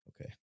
Okay